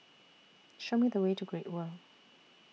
Show Me The Way to Great World